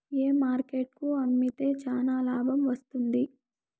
ఏ market కు అమ్మితే చానా లాభం వస్తుంది?